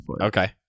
Okay